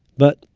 but,